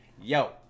yo